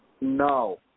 No